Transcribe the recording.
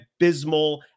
abysmal